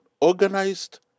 organized